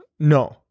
No